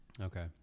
Okay